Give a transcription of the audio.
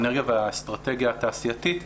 האנרגיה והאסטרטגיה התעשייתית,